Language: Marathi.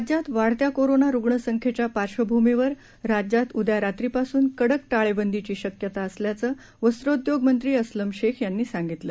राज्यात वाढत्या कोरोना रुग्ण संख्येच्या पार्श्वभूमीवर राज्यात उद्या रात्रीपासून कडक टाळेबंदीची शक्यता असल्याचं वस्त्रोद्योग मंत्री अस्लम शेख यांनी सांगितलं